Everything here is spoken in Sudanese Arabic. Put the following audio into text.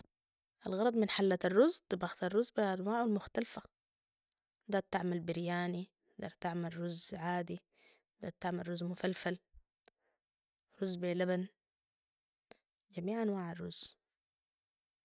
الغرض من حلة الرز تباخة الرز بأنواعه المختلفة داير تعمل برياني داير تعمل رز عادي داير تعمل رز مفلفل رز بلبن جميع أنواع الرز